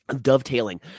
dovetailing